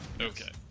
okay